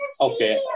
Okay